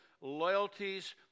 loyalties